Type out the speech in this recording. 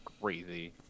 crazy